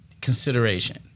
Consideration